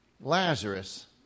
Lazarus